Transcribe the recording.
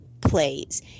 plays